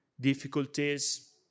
difficulties